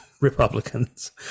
Republicans